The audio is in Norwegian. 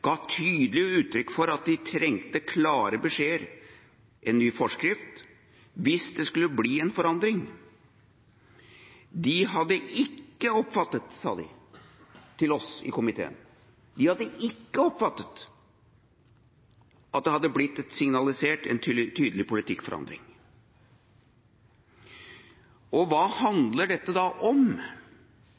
ga tydelig uttrykk for at de trengte klare beskjeder, en ny forskrift, hvis det skulle bli en forandring. De hadde ikke oppfattet, sa de til oss i komiteen, at det hadde blitt signalisert en tydelig politikkforandring. Hva handler dette da om,